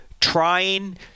trying